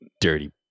dirty